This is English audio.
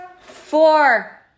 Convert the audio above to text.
Four